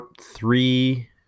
three